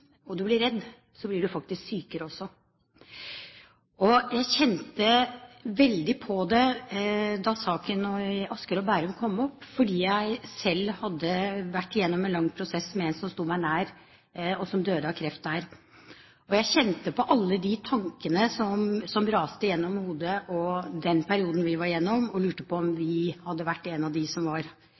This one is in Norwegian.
og blir redd, blir man også sykere. Jeg kjente veldig på det da saken i Asker og Bærum kom opp, fordi jeg selv hadde vært igjennom en lang prosess med en som sto meg nær, og som døde av kreft der. Jeg kjente på alle de tankene som raste gjennom hodet i den perioden vi var gjennom, og lurte på om vi hadde vært blant dem som kanskje var